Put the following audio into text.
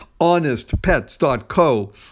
honestpets.co